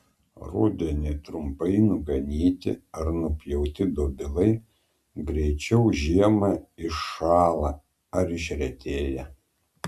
rudenį trumpai nuganyti ar nupjauti dobilai greičiau žiemą iššąla ar išretėja